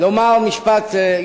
לסיים בזמן.